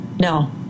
No